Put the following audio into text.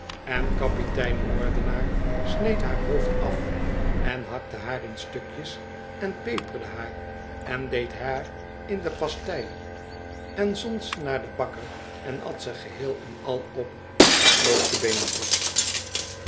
den kapitein haar hoofd af te zien snijden en hij hakte haar in stukjes en peperde haar en zoutte haar en deed haar in de pastei en zond ze naar den bakker en at ze geheel en al op en kloof de beentjes